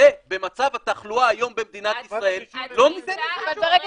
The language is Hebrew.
זה במצב התחלואה היום במדינת ישראל לא --- אבל ברגע